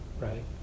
right